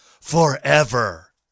forever